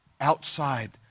outside